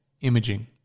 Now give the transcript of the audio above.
imaging